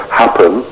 happen